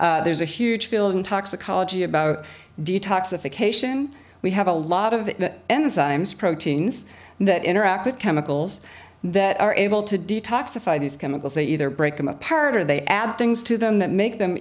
there's a huge feeling toxicology about detoxification we have a lot of enzymes proteins that interact with chemicals that are able to detoxify these chemicals they either break them apart or they add things to them that make them